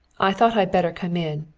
i thought i'd better come in.